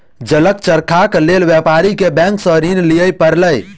जलक चरखाक लेल व्यापारी के बैंक सॅ ऋण लिअ पड़ल